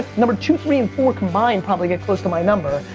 number two, three, and four combined probably got close to my number.